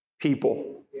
people